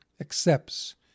accepts